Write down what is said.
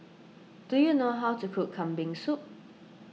do you know how to cook Kambing Soup